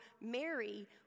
Mary